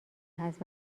هست